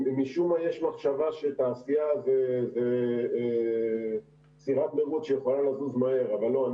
משום מה יש מחשבה שתעשייה זו סירת מרוץ שיכולה לזוז מהר אבל לא.